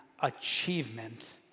achievement